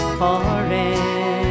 forever